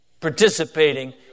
participating